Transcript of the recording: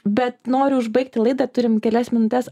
bet noriu užbaigti laidą turim kelias minutes